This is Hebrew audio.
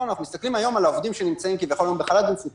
אנחנו מסתכלים היום על העובדים שנמצאים כביכול בחל"ת ומפוטרים,